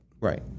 Right